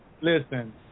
Listen